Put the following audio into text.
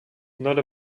not